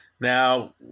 Now